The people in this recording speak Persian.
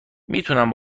میتونم